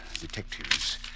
Detectives